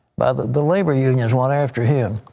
the labor unions went after him.